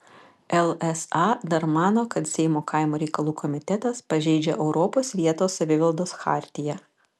lsa dar mano kad seimo kaimo reikalų komitetas pažeidžia europos vietos savivaldos chartiją